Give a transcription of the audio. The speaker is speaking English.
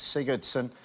Sigurdsson